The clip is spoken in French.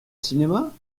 cinéma